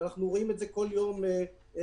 כפי שאנחנו רואים כל יום בתקשורת.